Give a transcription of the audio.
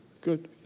Good